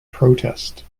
protest